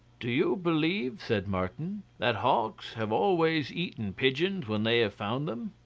do you believe, said martin, that hawks have always eaten pigeons when they have found them?